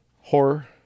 Horror